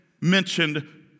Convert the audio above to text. mentioned